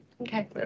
Okay